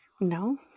No